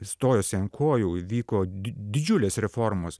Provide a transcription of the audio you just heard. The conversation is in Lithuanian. stojosi ant kojų įvyko did didžiulės reformos